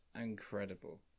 incredible